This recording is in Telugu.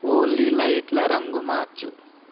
ఓలీ లైట్ల రంగు మార్చు